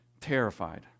Terrified